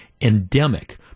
endemic